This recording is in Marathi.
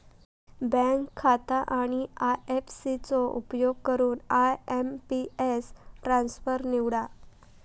बँक खाता आणि आय.एफ.सी चो उपयोग करून आय.एम.पी.एस ट्रान्सफर निवडा